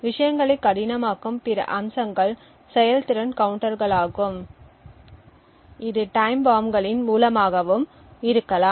விஷயங்களை கடினமாக்கும் பிற அம்சங்கள் செயல்திறன் கவுண்டர்களாகும் இது டைம் பாம்ப்களின் மூலமாகவும் இருக்கலாம்